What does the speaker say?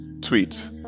tweet